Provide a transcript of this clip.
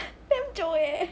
damn joke eh